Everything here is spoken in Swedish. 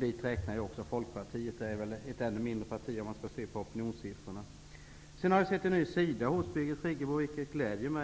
Dit räknar jag också Folkpartiet -- det är väl nu ett ännu mindre parti enligt opinionssiffrorna. Nu har vi sett en ny sida hos Birgit Friggebo, vilket gläder mig.